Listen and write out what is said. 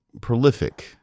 prolific